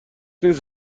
نیست